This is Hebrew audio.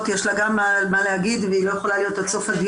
אלה המשרדים הממשלתיים שעוסקים בהכשרות מקצועיות